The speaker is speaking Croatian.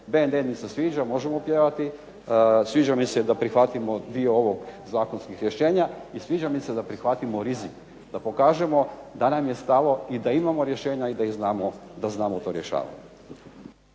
AID mi se sviđa, možemo pjevati. Sviđa mi se i da prihvatimo dio ovih zakonskih rješenja i sviđa mi se da prihvatimo rizik da pokažemo da nam je stalo i da imamo rješenja i da znamo to rješavati.